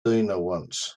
wants